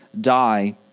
die